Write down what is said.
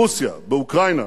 ברוסיה, באוקראינה,